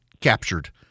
captured